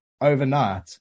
overnight